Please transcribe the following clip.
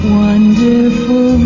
wonderful